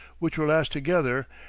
which were lashed together,